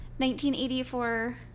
1984